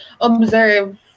observe